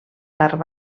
tard